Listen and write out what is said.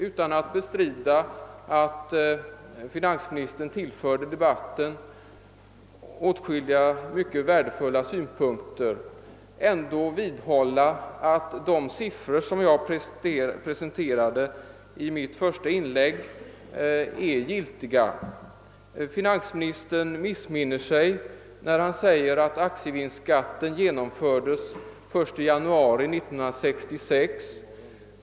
Utan att bestrida att finansministern tillförde debatten värdefulla synpunkter vill jag vidhålla, att de siffror jag presenterade i mitt första inlägg är giltiga. Finansministern missminner sig när han säger att aktievinstbeskattningen genomfördes den 1 januari 1966.